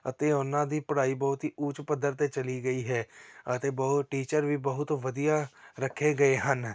ਅਤੇ ਉਹਨਾਂ ਦੀ ਪੜ੍ਹਾਈ ਬਹੁਤ ਹੀ ਉੱਚ ਪੱਧਰ 'ਤੇ ਚਲੀ ਗਈ ਹੈ ਅਤੇ ਬਹੁਤ ਟੀਚਰ ਵੀ ਬਹੁਤ ਵਧੀਆ ਰੱਖੇ ਗਏ ਹਨ